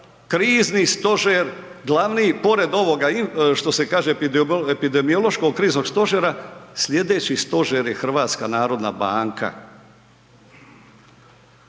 Krizni stožer glavni pored ovoga što se kaže Epidemiološkog kriznog stožera sljedeći stožer je HNB. Što ona